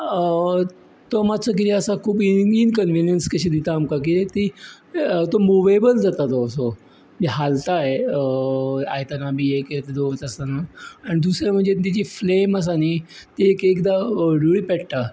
तो मातसो कितें आसा खूब इनकन्विनीयन्स कशी दिता आमकां की तो मुवेबल जाता तो असो हालता हें आयदनां हें बी दवरता आसतना आनी दुसरें म्हणजे ताची फ्लेम आसा न्ही ती एक एकदां हळडुवी पेट्टा